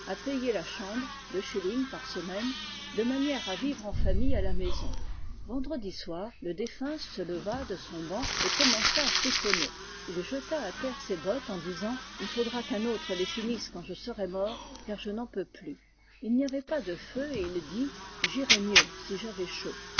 la chambre de chez par semaine de manière à vivre en famille à la maison vendredi soir le défunt se leva de son banc et commença à frissonner il jeta à terre ses bottes en disant il faudra qu'un autre les finisse quandje serai mort car je n'enpeux plus il n'y avait pas de feu et il dit j'irais mieux si j'avais chaud